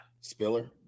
Spiller